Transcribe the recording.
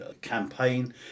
campaign